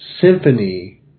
symphony